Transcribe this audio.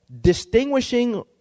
distinguishing